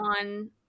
on